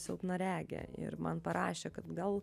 silpnaregė ir man parašė kad gal